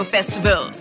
Festival